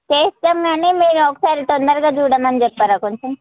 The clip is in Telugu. చేస్తాం కానీ మీరు ఒకసారి తొందరగా చూడమని చెప్పరా కొంచెం